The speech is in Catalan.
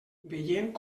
veient